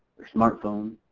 their smartphone,